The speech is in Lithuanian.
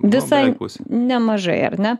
visai nemažai ar ne